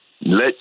let